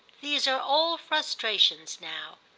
these are old frustrations now.